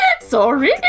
sorry